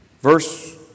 Verse